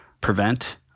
prevent